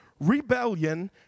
rebellion